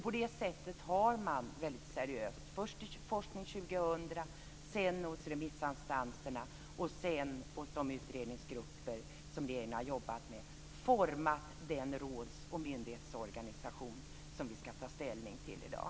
På det sättet har man väldigt seriöst, först i Forskning 2000, sedan hos remissinstanserna och sedan hos de utredningsgrupper som regeringen har jobbat med format den råds och myndighetsorganisation som vi ska ta ställning till i dag.